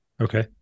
Okay